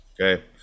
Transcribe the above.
okay